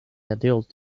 adult